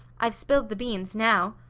i've spilled the beans, now.